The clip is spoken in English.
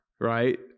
right